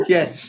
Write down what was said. Yes